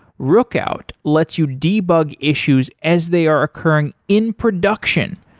rookout lets you debug issues as they are occurring in production.